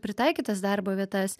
pritaikytas darbo vietas